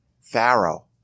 Pharaoh